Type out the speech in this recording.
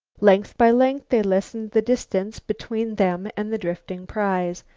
length by length they lessened the distance between them and the drifting prize.